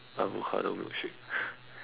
avocado milkshake